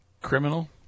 Criminal